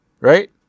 Right